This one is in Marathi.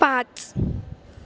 पाच